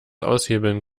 aushebeln